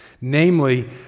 Namely